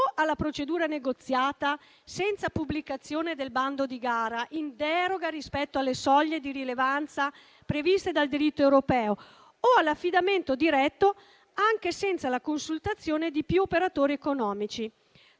o alla procedura negoziata senza pubblicazione del bando di gara, in deroga rispetto alle soglie di rilevanza previste dal diritto europeo, o all'affidamento diretto, anche senza la consultazione di più operatori economici;